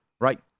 right